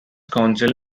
council